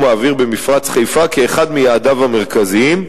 האוויר במפרץ חיפה כאחד מיעדיו המרכזיים,